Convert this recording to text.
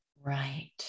Right